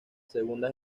segunda